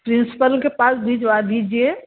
principal के पास भिजवा दीजिए